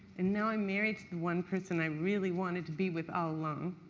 and now i am married to the one person i really wanted to be with all along,